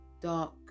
dark